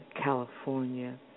California